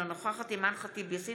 אינה נוכחת אימאן ח'טיב יאסין,